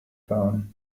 phone